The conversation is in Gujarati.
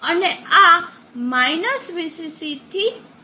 અને આ VCC થી VCC જશે